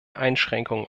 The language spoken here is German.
einschränkungen